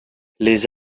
les